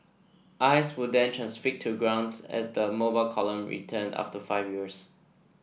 eyes were then transfixed to grounds as the Mobile Column returned after five years